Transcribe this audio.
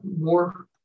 more